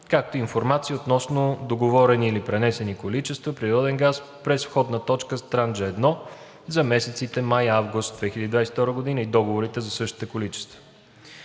както и информация относно договорени или пренесени количества природен газ през входна точка Странджа 1 за месеците май – август 2022 г. и договорите за същите количества.